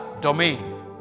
domain